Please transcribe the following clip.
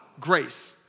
grace